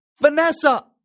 Vanessa